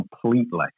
completely